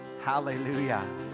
Hallelujah